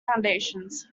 foundations